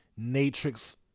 Natrix